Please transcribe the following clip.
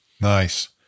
Nice